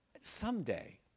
someday